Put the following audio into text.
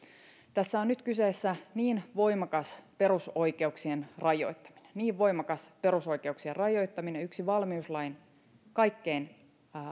tässä on nyt kyseessä niin voimakas perusoikeuksien rajoittaminen niin voimakas perusoikeuksien rajoittaminen yksi valmiuslain kaikkein